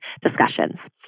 discussions